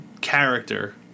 character